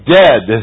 dead